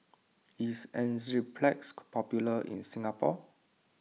is Enzyplex popular in Singapore